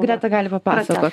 greta gali papasakot